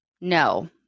No